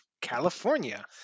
California